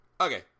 Okay